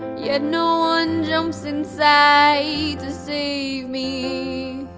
yet no one jumps inside to save me